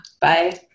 Bye